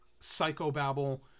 psychobabble